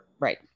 Right